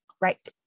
Right